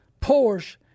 Porsche